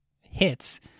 hits